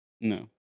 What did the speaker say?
No